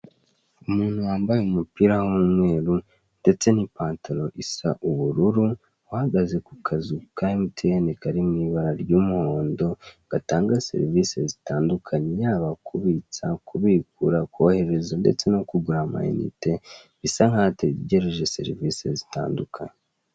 Umuntu wambaye umupira w'umweru ndetse n'ipantaro isa ubururu, uhagaze ku kazu ka emutiyeni karimo ibara ry'umuhondo, gatanga serivise zitandukanye: yaba kubitsa, kubikura koherereza ndetse no kohereza ama inite, bisa nk'aho ategereje serivise zitandukanye.